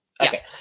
Okay